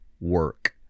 work